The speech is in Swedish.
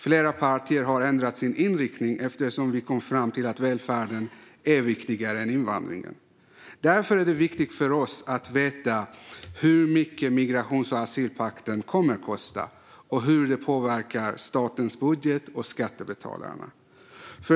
Flera partier har ändrat sin inriktning eftersom vi kom fram till att välfärden är viktigare än invandringen. Det är därför viktigt för oss att veta hur mycket migrations och asylpakten kommer att kosta och hur det påverkar statens budget och skattebetalarna.